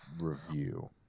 review